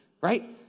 right